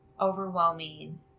overwhelming